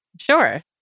Sure